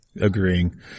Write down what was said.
agreeing